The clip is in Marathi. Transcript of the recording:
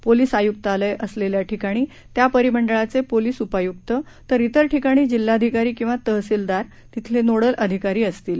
पोलिस आयुक्तालयं असलेल्या ठिकाणी त्या परिमंडळाचे पोलीस उपायुक्त तर तिर ठिकाणी जिल्हाधिकारी किंवा तहसीलदार तिथले नोडल अधिकारी असतील